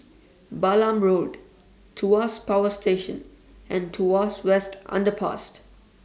Balam Road Tuas Power Station and Tuas West Underpass